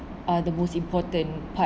are the most important part